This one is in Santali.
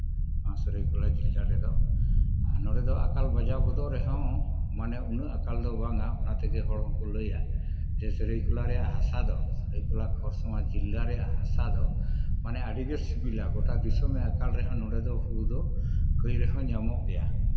ᱱᱚᱣᱟ ᱥᱟᱹᱨᱟᱹᱭᱠᱮᱞᱟ ᱡᱮᱞᱟ ᱨᱮᱫᱚ ᱟᱨ ᱱᱚᱰᱮ ᱫᱚ ᱟᱠᱟᱞ ᱵᱟᱡᱟᱣ ᱜᱚᱫᱚᱜ ᱨᱮᱦᱚᱸ ᱢᱟᱱᱮ ᱩᱱᱟᱹᱜ ᱟᱠᱟᱞ ᱫᱚ ᱵᱟᱝᱟ ᱚᱱᱟ ᱛᱮᱜᱮ ᱦᱚᱲ ᱦᱚᱸᱠᱚ ᱞᱟᱹᱭᱟ ᱡᱮ ᱥᱟᱹᱨᱟᱹᱭᱠᱮᱞᱟ ᱨᱮᱭᱟᱜ ᱦᱟᱥᱟ ᱫᱚ ᱥᱟᱹᱨᱟᱹᱭᱠᱮᱞᱟ ᱠᱷᱚᱨᱥᱚᱣᱟ ᱡᱮᱞᱟ ᱨᱮᱭᱟᱜ ᱦᱟᱥᱟ ᱫᱚ ᱢᱟᱱᱮ ᱟᱹᱰᱤᱜᱮ ᱥᱤᱵᱤᱞᱟ ᱜᱚᱴᱟ ᱫᱤᱥᱚᱢᱮ ᱟᱠᱟᱞ ᱨᱮᱦᱚᱸ ᱱᱚᱰᱮ ᱫᱚ ᱦᱩᱲᱩ ᱫᱚ ᱠᱟᱹᱡ ᱨᱮᱦᱚᱸ ᱧᱟᱢᱚᱜ ᱜᱮᱭᱟ